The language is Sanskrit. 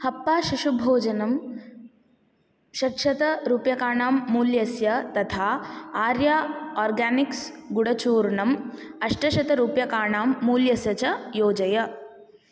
हप्पा शिशुभोजनं षड्शतरूप्यकाणां मूल्यस्य तथा आर्या आर्गानिक्स् गुडचूर्णम् अष्टशतरूप्यकाणां मूल्यस्य च योजय